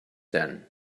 then